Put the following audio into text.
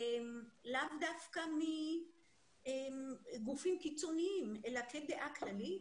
לאו דווקא מגופים קיצוניים אלא כדעה כללית.